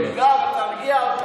לא, אבל תרגיע אותם.